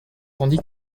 tandis